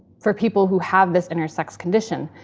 for people who have this intersex condition,